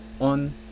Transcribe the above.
on